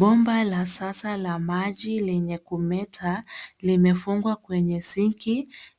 Bomba la sasa la maji lenye kumeta, limefungwa kwenye sink